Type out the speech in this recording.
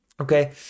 Okay